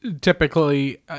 typically